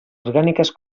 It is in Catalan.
orgàniques